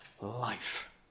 life